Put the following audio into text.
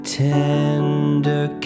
tender